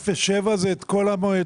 אפס עד שבעה קילומטר זה כל המועצות,